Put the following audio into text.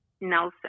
Nelson